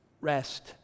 rest